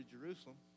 Jerusalem